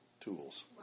tools